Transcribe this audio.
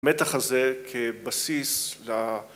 ‫המתח הזה כבסיס...